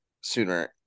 sooner